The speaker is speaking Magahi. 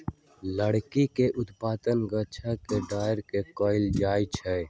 लकड़ी के उत्पादन गाछ के डार के कएल जाइ छइ